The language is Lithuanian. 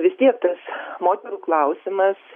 vistiek tas moterų klausimas